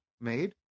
made